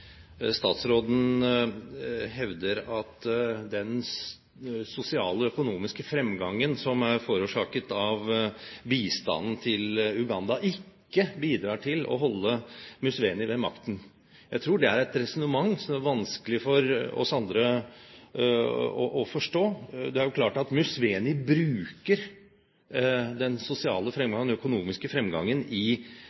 statsråden hevder at den sosiale og økonomiske fremgangen som er forårsaket av bistanden til Uganda, ikke bidrar til å holde Museveni ved makten. Jeg tror det er et resonnement som det er vanskelig for oss andre å forstå. Det er klart at Museveni bruker den sosiale